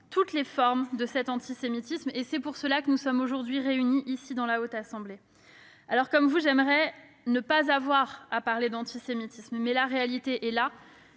diverses formes de cet antisémitisme. C'est pour cela que nous sommes réunis au sein de la Haute Assemblée. Comme vous, j'aimerais ne pas avoir à parler d'antisémitisme. Mais la réalité est là,